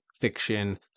fiction